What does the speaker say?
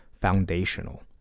foundational